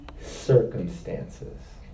circumstances